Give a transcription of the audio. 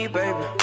baby